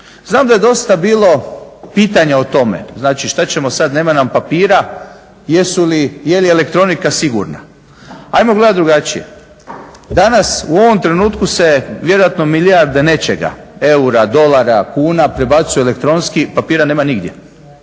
Znam da je dosta bilo pitanja o tome, znači što ćemo sad. Nema nam papira, je li elektronika sigurna. Hajmo gledati drugačije. Danas u ovom trenutku se vjerojatno milijarde nečega eura, dolara, kuna prebacuju elektronski, papira nema nigdje.